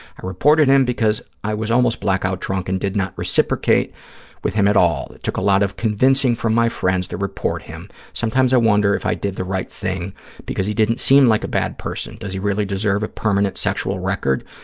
i reported him because i was almost black-out drunk and did not reciprocate with him at all. it took a lot of convincing from my friends to report him. sometimes i wonder if i did the right thing because he didn't seem like a bad person. does he really deserve a permanent sexual record?